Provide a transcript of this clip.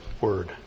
word